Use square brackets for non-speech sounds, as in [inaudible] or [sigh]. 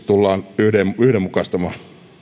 [unintelligible] tullaan yhdenmukaistamaan